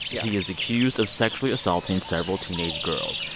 he is accused of sexually assaulting several teenage girls.